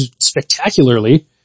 spectacularly